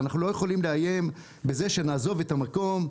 אנחנו לא יכולים לאיים בזה שנעזוב את המקום,